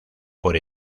por